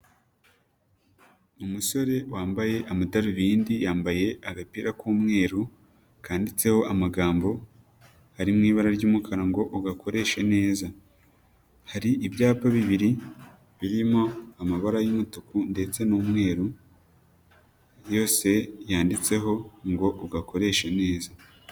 Umusore wambaye amadarubindi, yambaye agapira k'umweru kanditseho amagambo ari mu ibara ry'umukara ngo "Ugakoreshe neza". Hari ibyapa bibiri birimo amabara y'umutuku ndetse n'umweru yose yanditseho ngo: "Ugakoreshe neza".